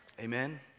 Amen